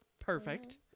Perfect